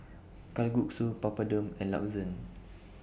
Kalguksu Papadum and Lasagne